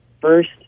First